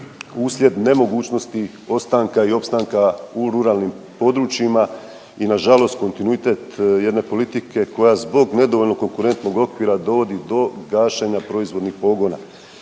uslijed nemogućnost ostanka i opstanka u ruralnim područjima i nažalost kontinuitet jedne politike koja zbog nedovoljno konkurentnog okvira dovodi gašenja proizvodnih pogona.